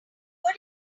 good